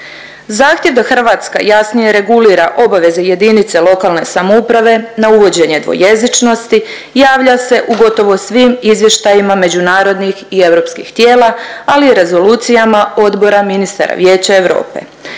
Zahtjev da Hrvatska jasnije regulira obaveze jedinice lokalne samouprave na uvođenje dvojezičnosti javlja se u gotovo svim izvještajima međunarodnih i europskih tijela ali i rezolucijama odbora ministara Vijeća Europe.